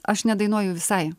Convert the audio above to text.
aš nedainuoju visai